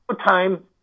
time